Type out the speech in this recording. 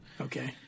Okay